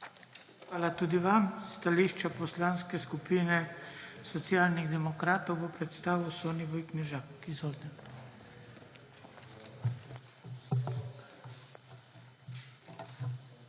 Hvala tudi vam. Stališča Poslanske skupine Socialnih demokratov bo predstavil Soniboj Knežak. Izvolite.